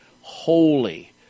holy